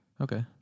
okay